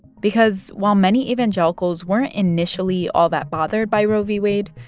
because while many evangelicals weren't initially all that bothered by roe v. wade,